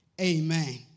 Amen